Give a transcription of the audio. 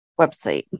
website